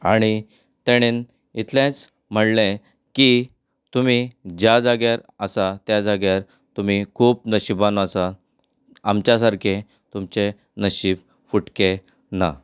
आनी ताणेन इतलेंच म्हणलें की तुमी ज्या जाग्यार आसा त्या जाग्यार तुमी खूब नशिबवान आसात आमच्या सारकें तुमचें नशिब फुटकें ना